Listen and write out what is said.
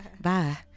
Bye